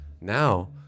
Now